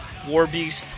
Warbeast